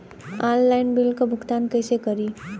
Online bill क भुगतान कईसे करी?